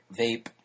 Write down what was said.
vape